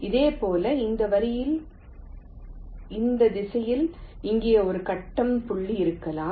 இதேபோல் இந்த வரியின் இந்த திசையில் இங்கே ஒரு கட்டம் புள்ளி இருக்கலாம்